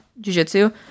jujitsu